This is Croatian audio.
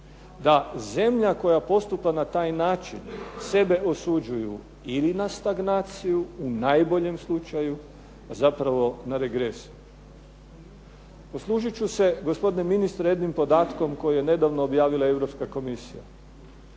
da zemlja koja postupa na taj način sebe osuđuju ili na stagnaciju, u najboljem slučaju zapravo na regresiju. Poslužit ću se gospodine ministre jednim podatkom koji je nedavno objavila Europska komisija.